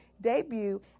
debut